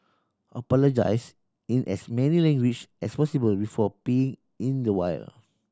apologise in as many language as possible before peeing in the wild